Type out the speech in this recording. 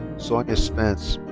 sonya spence.